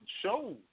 Shows